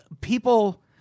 people